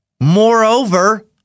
moreover